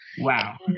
Wow